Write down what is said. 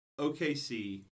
OKC